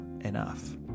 enough